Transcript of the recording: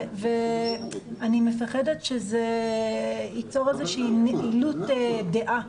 אני חוששת שזה ייצור נעילות דעה.